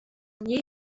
nie